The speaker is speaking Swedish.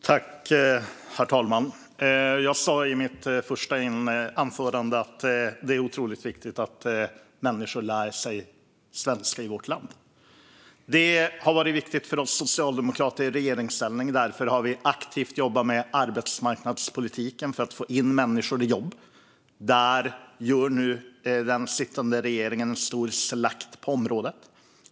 Herr talman! Jag sa i mitt första anförande att det är otroligt viktigt att människor i vårt land lär sig svenska. Det har varit viktigt för oss socialdemokrater i regeringsställning. Därför har vi aktivt jobbat med arbetsmarknadspolitiken för att få in människor i jobb. På det området genomför nu den sittande regeringen en stor slakt.